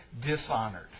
dishonored